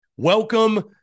Welcome